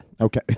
Okay